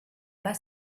pas